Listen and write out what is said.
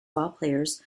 ballplayers